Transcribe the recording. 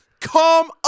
come